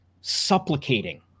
supplicating